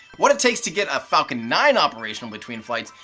what it takes to get a falcon nine operational between flights,